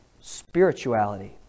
spirituality